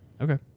Okay